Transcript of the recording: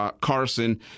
Carson